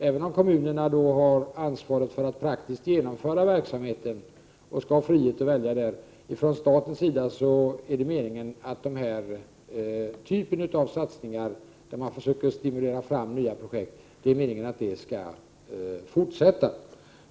Även om kommunerna har ansvaret för att praktiskt genomföra verksamheten och skall ha frihet att välja i det avseendet, är det från statens sida meningen att den här typen av satsningar, där man försöker stimulera fram nya projekt, skall fortsätta.